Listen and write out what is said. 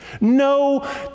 No